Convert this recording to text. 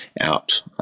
out